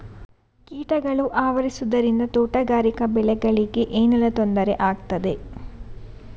ಕೀಟಗಳು ಆವರಿಸುದರಿಂದ ತೋಟಗಾರಿಕಾ ಬೆಳೆಗಳಿಗೆ ಏನೆಲ್ಲಾ ತೊಂದರೆ ಆಗ್ತದೆ?